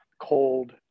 cold